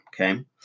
Okay